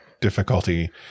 Difficulty